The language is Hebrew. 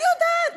אני יודעת,